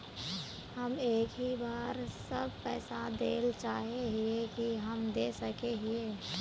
हम एक ही बार सब पैसा देल चाहे हिये की हम दे सके हीये?